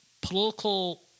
political –